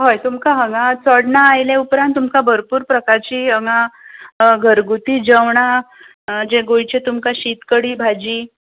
होय तुमकां हांगा चोडणा आयले उपरांत तुमकां भरपूर प्रकारची हागा घरगूती जेवणां जे गोंयचे तुमकां शीत कडी भाजी